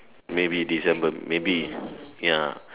maybe December maybe ya